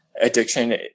addiction